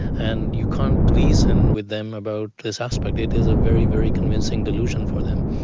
and you can't reason with them about this aspect, it is a very, very convincing delusion for them.